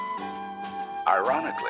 Ironically